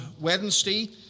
Wednesday